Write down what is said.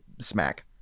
smack